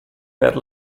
per